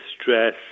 stress